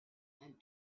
and